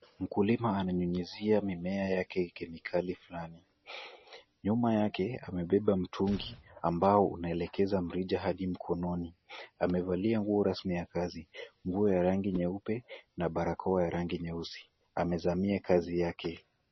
Mkulima ananyunyizia mimea yake kemikali fulani. Nyuma yake amebeba mtungi ambao unaelekeza mrija hadi mkononi. Amevalia nguo rasmi ya kazi, nguo ya rangi nyeupe na barakoa ya rangi nyeusi. Amezamia kazi yake.